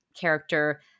character